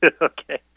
Okay